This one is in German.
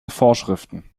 vorschriften